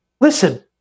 listen